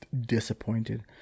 disappointed